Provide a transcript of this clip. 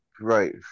Right